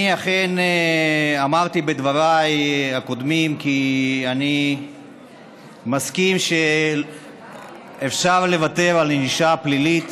אני אכן אמרתי בדבריי הקודמים שאני מסכים שאפשר לוותר על ענישה פלילית